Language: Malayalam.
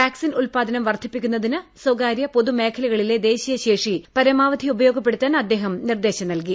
വാക്സിൻ ഉത്പാദനം വർദ്ധിപ്പിക്കുന്നതിന് സ്വകാര്യ പൊതു മേഖലകളിലെ ദേശീയ ശേഷി പരമാവധി ഉപയോഗപ്പെടുത്താൻ അദ്ദേഹം നിർദ്ദേശം നൽകി